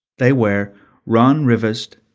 they were ron rivest,